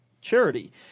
charity